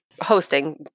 hosting